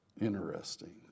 Interesting